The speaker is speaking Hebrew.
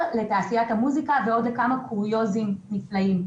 לעולמות המוזיקה ולעוד כמה קוריוזים נפלאים,